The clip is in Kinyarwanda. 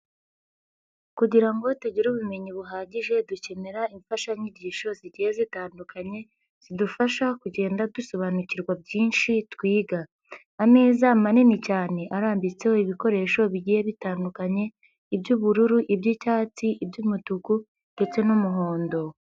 Kugira ngo tugire ubumenyi buhagije dukenera imfashanyigisho zigiye zitandukanye, zidufasha kugenda dusobanukirwa byinshi twiga. Ameza manini cyane arambitseho ibikoresho bigiye bitandukanye, iby'ubururu, iby'icyatsi, iby'umutuku ndetse n'umuhondo.